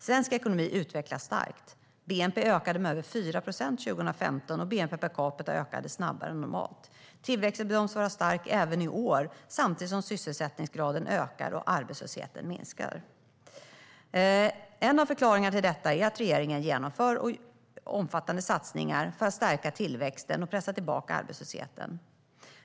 Svensk ekonomi utvecklas starkt. Bnp ökade med över 4 procent 2015, och bnp per capita ökade snabbare än normalt. Tillväxten bedöms vara stark även i år samtidigt som sysselsättningsgraden ökar och arbetslösheten minskar. En förklaring till detta är att regeringen genomför omfattande satsningar för att stärka tillväxten och pressa tillbaka arbetslösheten.